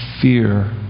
fear